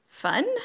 fun